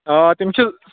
آ آ تِم چھِ